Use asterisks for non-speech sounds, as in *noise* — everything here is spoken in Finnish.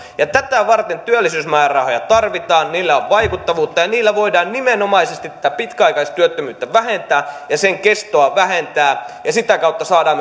tätä varten työllisyysmäärärahoja tarvitaan niillä on vaikuttavuutta ja niillä voidaan nimenomaisesti tätä pitkäaikaistyöttömyyttä vähentää ja sen kestoa vähentää ja sitä kautta saadaan *unintelligible*